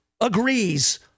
agrees